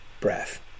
breath